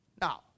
Now